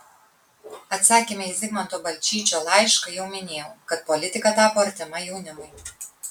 atsakyme į zigmanto balčyčio laišką jau minėjau kad politika tapo artima jaunimui